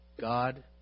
God